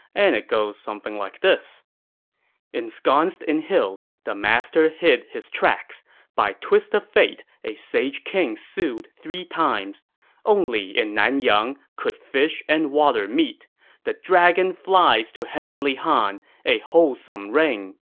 and it goes something like this ensconced in hills, the master hid his tracks by twist of fate a sage king sued three times only in nanyang could fish and water meet the dragon flies to heavenly han a wholesome rain.